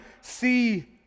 see